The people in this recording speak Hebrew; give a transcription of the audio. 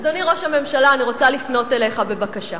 אדוני ראש הממשלה, אני רוצה לפנות אליך בבקשה.